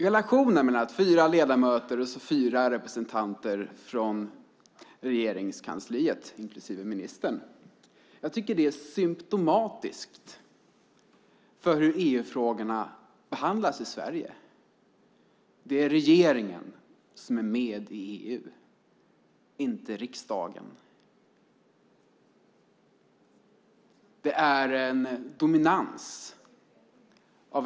Relationen fyra ledamöter och fyra representanter från Regeringskansliet, inklusive ministern, är symtomatisk för hur EU-frågorna behandlas i Sverige. Det är regeringen som är med i EU, inte riksdagen.